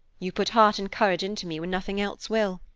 you put heart and courage into me when nothing else will.